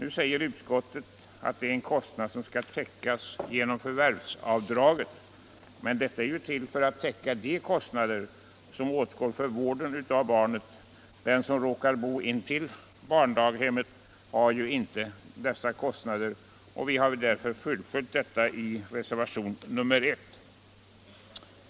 Utskottet framhåller att denna kostnad skall täckas genom förvärvsavdraget. Men det är ju till för att täcka de kostnader som åtgår för vården av barnet. Den som råkar bo intill ett barndaghem har inte dessa kostnader. Vi har därför fullföljt motionsyrkandet i reservationen 1.